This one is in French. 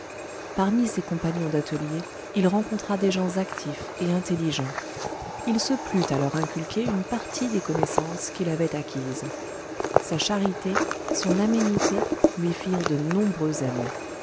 parmi ses compagnons d'atelier il rencontra des gens actifs et intelligents il se plut à leur inculquer une partie des connaissances qu'il avait acquises sa charité son aménité lui firent de nombreux amis